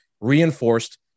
reinforced